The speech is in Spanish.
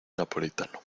napolitano